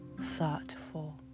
thoughtful